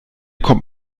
kommt